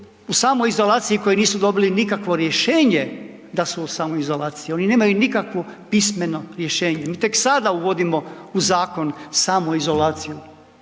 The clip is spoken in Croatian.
u samoizolaciji, koji nisu dobili nikakvo rješenje da su u samoizolaciji, oni nemaju nikakvo pismeno rješenje, mi tek sada uvodimo u zakon samoizolaciju.